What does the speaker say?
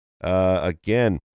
again